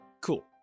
cool